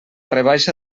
rebaixa